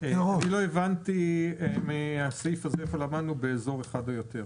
לא הבנתי מהסעיף הזה איפה למדנו באזור אחד או יותר?